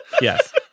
Yes